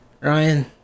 Ryan